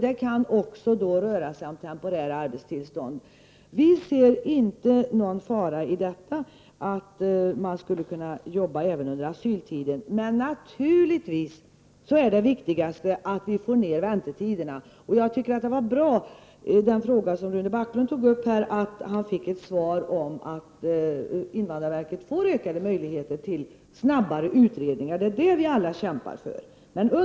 Det kan också röra sig om temporära arbetstillstånd. Jag ser inte någon fara i att asylsökande jobbar under väntetiden, men det viktigaste är naturligtvis att få ner väntetiderna. Det var bra att Rune Backlund på sin fråga fick svaret att invandrarverket får ökade möjligheter att göra snabbare utredningar. Det är det som vi alla kämpar för.